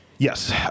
Yes